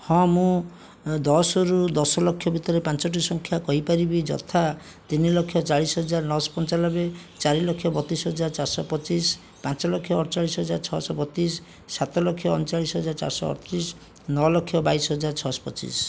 ହଁ ମୁଁ ଦଶରୁ ଦଶଲକ୍ଷ ଭିତରେ ପାଞ୍ଚଟି ସଂଖ୍ୟା କହିପାରିବି ଯଥା ତିନିଲକ୍ଷ ଚାଳିଶହଜାର ନଅଶହ ପଞ୍ଚାନବେ ଚାରିଲକ୍ଷ ବତିଶହଜାର ଚାରିଶହ ପଚିଶ ପାଞ୍ଚଲକ୍ଷ ଅଠଚାଳିଶ ହଜାର ଛଅଶହ ବତିଶ ସାତଲକ୍ଷ ଅଣଚାଳିଶ ହଜାର ଚାରିଶହ ଅଠତିରିଶ ନଅଲକ୍ଷ ବାଇଶହଜାର ଛଅଶହ ପଚିଶ